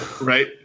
Right